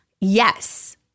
Yes